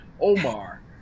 Omar